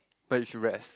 but you should rest